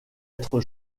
être